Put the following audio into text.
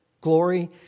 glory